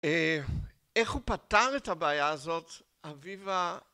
איך הוא פתר את הבעיה הזאת אביבה